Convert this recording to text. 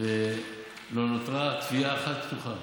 ולא נותרה תביעה אחת פתוחה.